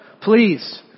please